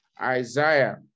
Isaiah